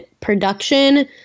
production